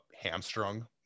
hamstrung